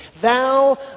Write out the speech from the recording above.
Thou